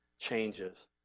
changes